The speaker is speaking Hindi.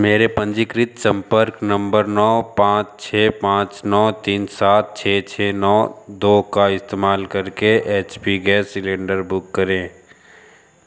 मेरे पंजीकृत संपर्क नम्बर नौ पाँच छ पाँच नौ तीन सात छ छ नौ दो का इस्तेमाल करके H P gas cylinder book करें